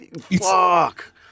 fuck